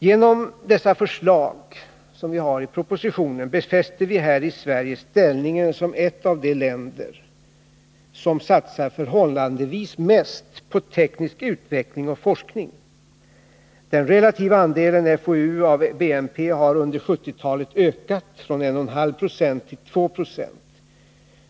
Genom förslagen i propositionen befäster vi här i Sverige ställningen som ett av de länder som satsar förhållandevis mest på teknisk utveckling och forskning. Den relativa andelen FoU av BNP har under 1970-talet ökat från 1,5 90 till 2 20.